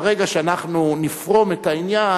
ברגע שאנחנו נפרום את העניין,